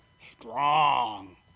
strong